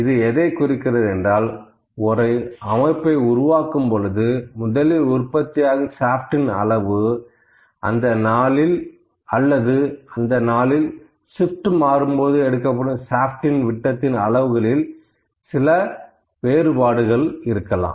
இது எதைக் குறிக்கிறது என்றால் ஒரு அமைப்பை உருவாக்கும் பொழுது முதலில் உற்பத்தியாகும் ஷாப்ட் இன் அளவு அல்லது அந்த நாளில் ஷிப்ட் மாறும்போது எடுக்கப்படும் ஷாப்ட் விட்டத்தின் அளவுகளில் சில வேறுபாடுகள் இருக்கலாம்